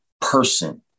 person